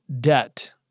debt